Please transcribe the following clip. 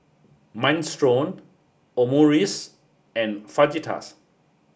Minestrone Omurice and Fajitas